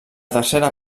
tercera